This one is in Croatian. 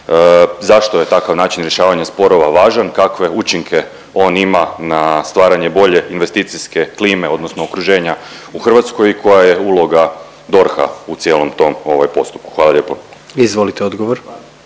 zašto je takav način rješavanja sporova važan, kakve učinke on ima na stvaranje bolje investicijske klime, odnosno okruženja u Hrvatskoj, koja je uloga DORH-a u cijelom tom postupku? Hvala lijepo. **Jandroković,